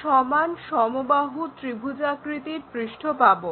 সমান সমবাহু ত্রিভুজাকৃতির পৃষ্ঠ পাবো